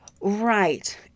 right